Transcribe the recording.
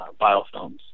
biofilms